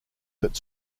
that